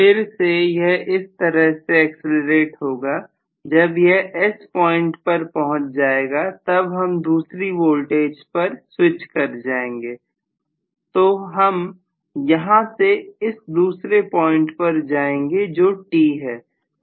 फिर से यह इस तरह से एक्सीलरेट होगा जब यह S पॉइंट पर पहुंच जाएगा तब हम दूसरी वोल्टेज पर कुछ कर जाएंगे तो हम यहां से इस दूसरे पॉइंट पर जाएंगे जो T है